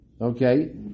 Okay